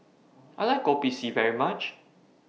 I like Kopi C very much